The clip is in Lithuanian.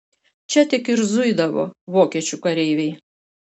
čia tik ir zuidavo vokiečių kareiviai